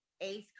Ace